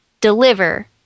deliver